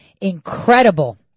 incredible